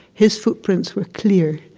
his footprints were clear,